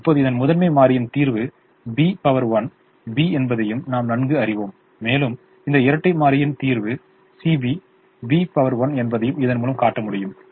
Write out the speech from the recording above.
இப்போது இந்த முதன்மை மாறியின் தீர்வு B 1 B என்பதையும் நாம் நன்கு அறிவோம் மேலும் இந்த இரட்டை மாறியின் தீர்வு CB B 1 என்பதையும் இதன்மூலம் காட்ட முடியும்